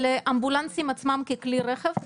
על האמבולנסים עצמם ככלי רכב.